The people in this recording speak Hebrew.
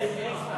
יש, יש.